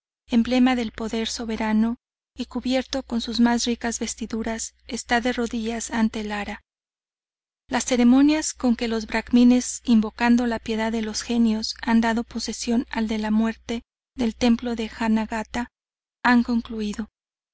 emblema del poder soberano y cubierto con sus más ricas vestiduras esta de rodillas ante el ara las ceremonias con que los bracmines invocando la piedad de los genios han dado posesión al de la muerte del templo de jaganata han concluido